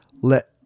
let